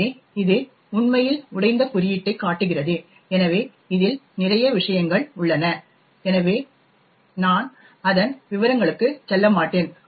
எனவே இது உண்மையில் உடைந்த குறியீட்டைக் காட்டுகிறது எனவே இதில் நிறைய விஷயங்கள் உள்ளன எனவே நான் அதன் விவரங்களுக்கு செல்ல மாட்டேன்